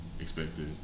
Expected